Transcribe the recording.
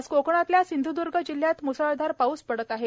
आज कोकणातल्या सिंध्दर्ग जिल्ह्यात मुसळधार पाऊस पडत आहे